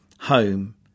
home